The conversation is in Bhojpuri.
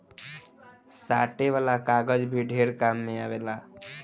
साटे वाला कागज भी ढेर काम मे आवेला